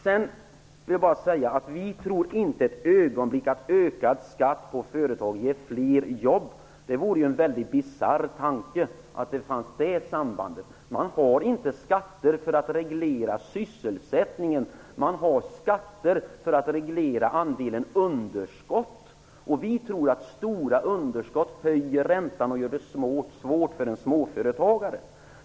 Jag vill bara säga att vi inte för ett ögonblick tror att en ökad skatt på företag ger fler jobb. Det vore bisarrt om det fanns ett sådant samband. Man har inte skatter för att reglera sysselsättningen. Man har skatter för att reglera underskotten. Vi tror att stora underskott gör att räntan höjs och att det blir svårt för småföretagarna.